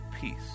peace